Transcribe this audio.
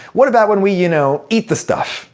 what about when we, you know, eat the stuff?